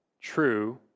true